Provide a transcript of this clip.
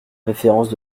références